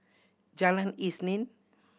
Jalan Isnin